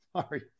Sorry